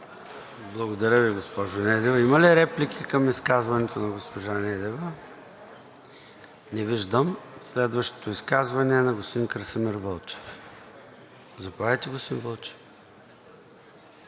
Благодаря Ви, госпожо Недева. Има ли реплики към изказването на госпожа Недева? Не виждам. Следващото изказване е на господин Красимир Вълчев. Заповядайте, господин Вълчев.